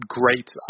great